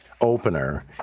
opener